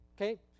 Okay